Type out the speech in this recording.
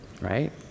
right